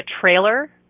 trailer